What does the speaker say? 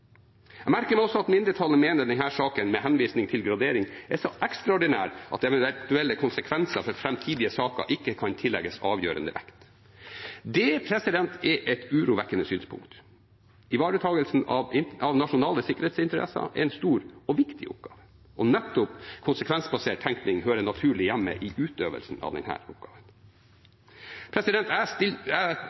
Jeg merker meg også at mindretallet mener denne saken, med henvisning til gradering, er så ekstraordinær at eventuelle konsekvenser for framtidige saker ikke kan tillegges avgjørende vekt. Det er et urovekkende synspunkt. Ivaretakelsen av nasjonale sikkerhetsinteresser er en stor og viktig oppgave, og nettopp konsekvensbasert tenkning hører naturlig hjemme i utøvelsen av denne oppgaven. Jeg støtter tilrådingen fra presidentskapet om at henvendelsen fra den